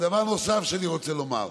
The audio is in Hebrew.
דבר נוסף שאני רוצה לומר,